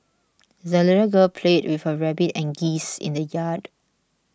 the little girl played with her rabbit and geese in the yard